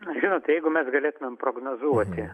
žinot jeigu mes galėtumėm prognozuoti